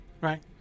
Right